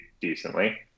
decently